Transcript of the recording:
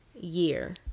year